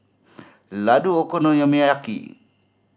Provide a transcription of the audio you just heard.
Ladoo